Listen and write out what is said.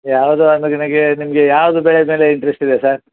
ಯಾವುದು ಅದು ನಿನಗೆ ನಿಮಗೆ ಯಾವುದು ಬೆಳೆ ಮೇಲೆ ಇಂಟ್ರೆಸ್ಟ್ ಇದೆ ಸರ್